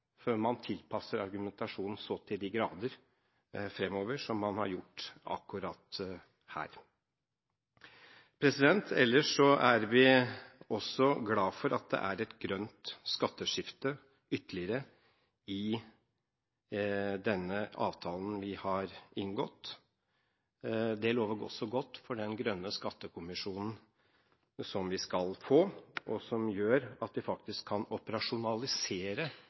før man fremover tilpasser argumentasjonen så til de grader som man har gjort akkurat her. Ellers er vi også glad for at det er ytterligere et grønt skatteskifte i denne avtalen vi har inngått. Det lover også godt for den grønne skattekommisjonen som vi skal få, og som gjør at vi faktisk kan operasjonalisere